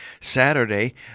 Saturday